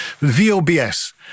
VOBs